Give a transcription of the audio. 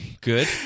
Good